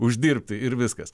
uždirbti ir viskas